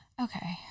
Okay